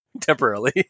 Temporarily